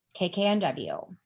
KKNW